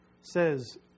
says